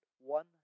One